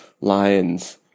lions